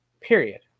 Period